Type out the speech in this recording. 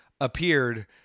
appeared